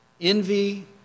envy